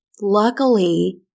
Luckily